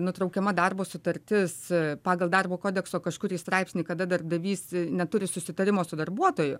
nutraukiama darbo sutartis pagal darbo kodekso kažkurį straipsnį kada darbdavys neturi susitarimo su darbuotoju